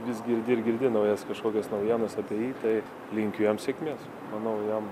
vis girdi ir girdi naujas kažkokias naujienas apie jį tai linkiu jam sėkmės manau jam